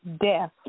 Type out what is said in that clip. death